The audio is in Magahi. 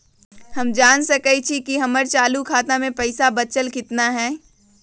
हम जान सकई छी कि हमर चालू खाता में पइसा बचल कितना हई